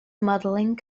modeling